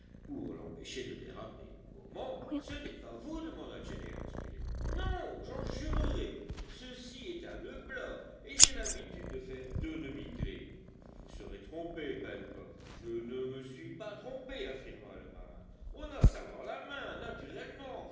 pour l'empêcher de déraper comment ce n'est pas vous demanda gédéon spilett non j'en jurerais ceci est un noeud plat et j'ai l'habitude de faire deux demi clefs vous vous serez trompé pencroff je ne me suis pas trompé affirma le marin on a ça dans la main naturellement